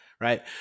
right